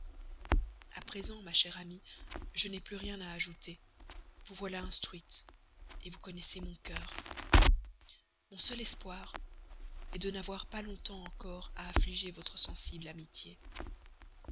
a présent ma chère amie je n'ai plus rien à ajouter vous voilà instruite vous connaissez mon cœur mon seul espoir est de n'avoir pas longtemps encore à affliger votre sensible amitié